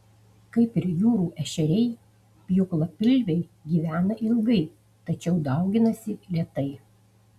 kaip ir jūrų ešeriai pjūklapilviai gyvena ilgai tačiau dauginasi lėtai